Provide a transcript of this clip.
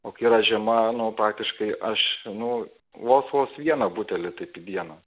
o kai yra žiema nu praktiškai aš nu vos vos vieną butelį taip į dieną